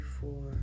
four